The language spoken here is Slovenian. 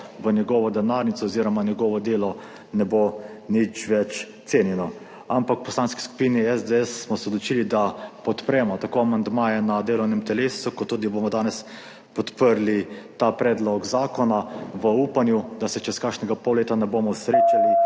v njegovo denarnico oziroma njegovo delo ne bo nič več cenjeno. Ampak v Poslanski skupini SDS smo se odločili, da podpremo tako amandmaje na delovnem telesu kot tudi bomo danes podprli ta predlog zakona v upanju, da se čez kakšnega pol leta ne bomo srečali